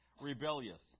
rebellious